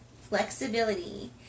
flexibility